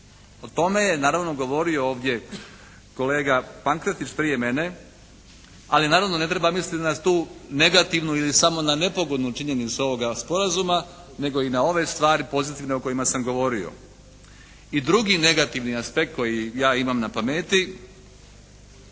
O tome je naravno govorio ovdje kolega Pankretić prije mene. Ali naravno ne treba misliti na tu negativnu ili samo na nepogodnu činjenicu ovoga sporazuma, nego i na ove stvari pozitivne o kojima sam govorio. I drugi negativni aspekt koji ja imam na pameti